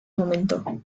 momento